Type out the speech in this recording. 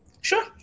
Sure